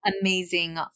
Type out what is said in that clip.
amazing